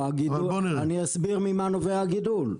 אני אסביר ממה נובע הגידול.